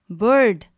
bird